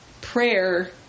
prayer